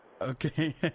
Okay